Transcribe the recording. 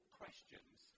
questions